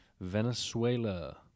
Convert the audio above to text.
Venezuela